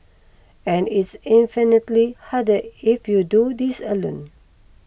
and it's infinitely harder if you do this alone